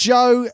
Joe